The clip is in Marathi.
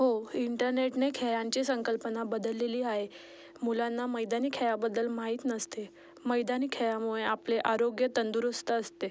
हो इंटरनेटने खेळांची संकल्पना बदललेली आहे मुलांना मैदानी खेळाबद्दल माहीत नसते मैदानी खेळामुळे आपले आरोग्य तंदुरुस्त असते